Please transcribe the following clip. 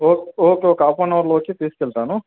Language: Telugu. ఓకే ఒక హాఫ్ ఎన్ అవర్లో వచ్చి తీసుకెళ్తాను